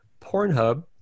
Pornhub